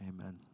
Amen